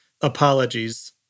apologies